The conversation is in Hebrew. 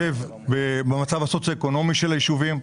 שיתחשב במצב הסוציו אקונומי של היישובים,